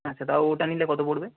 আচ্ছা তাও ওটা নিলে কত পড়বে